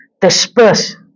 disperse